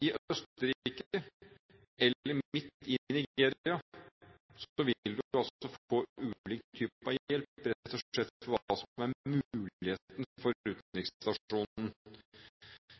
i Østerrike, eller midt i Nigeria, få ulik type av hjelp, rett og slett ut fra hva som er mulig for utenriksstasjonen.